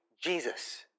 Jesus